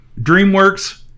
DreamWorks